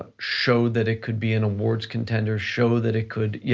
ah show that it could be an awards contender, show that it could yeah